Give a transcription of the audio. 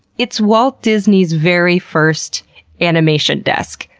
it's walt disney's very first animation desk.